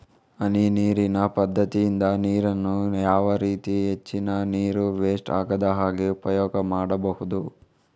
ಹನಿ ನೀರಿನ ಪದ್ಧತಿಯಿಂದ ನೀರಿನ್ನು ಯಾವ ರೀತಿ ಹೆಚ್ಚಿನ ನೀರು ವೆಸ್ಟ್ ಆಗದಾಗೆ ಉಪಯೋಗ ಮಾಡ್ಬಹುದು?